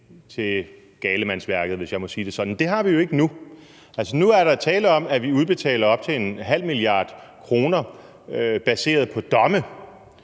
til galemandsværket, hvis jeg må sige det sådan, og det har vi jo ikke nu. Nu er der jo tale om, at vi udbetaler op til 0,5 mia. kr. baseret på domme,